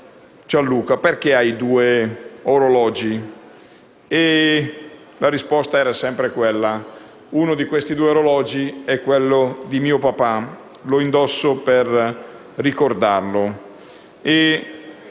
«Gianluca, perché hai due orologi?». La risposta era sempre quella: «Uno di questi due orologi è quello di mio papà: lo indosso per ricordarlo».